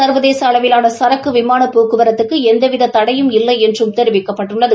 ச்வதேச அளவிலான ஏர்க்கு விமான போக்குவரத்துக்கு எந்தவித தடையும் இல்லை என்றும் தெரிவிக்கப்பட்டுள்ளது